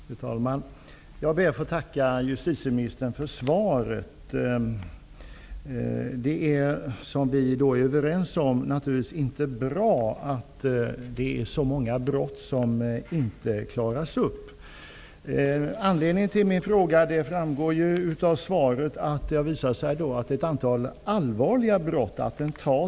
Fru talman! Jag ber att få tacka justitieministern för svaret. Vi är överens om att det givetvis inte är bra att så många brott inte klaras upp. Anledningen till min fråga framgår av svaret. Det har visat sig att ett antal allvarliga brott inte har gått att klara upp.